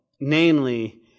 namely